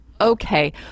okay